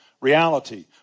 reality